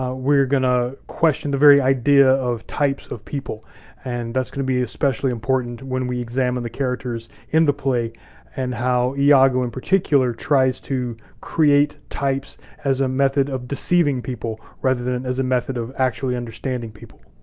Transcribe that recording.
ah we're gonna question the very idea of types of people and that's gonna be especially important when we examine the characters in the play and how iago in particular tries to create types as a method of deceiving people, rather than as a method of actually understanding people.